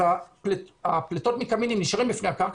אז פליטות מקמינים נשארים על פני הקרקע